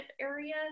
area